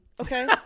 Okay